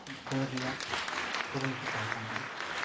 ᱫᱟᱹᱲ ᱨᱮᱭᱟᱜ ᱠᱩᱨᱩᱢᱩᱴᱩ ᱛᱟᱦᱮᱸ ᱠᱟᱱ ᱛᱤᱧᱟᱹ